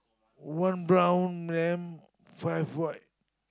one brown lamb five white